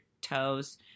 toes